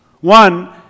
One